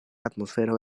atmosfero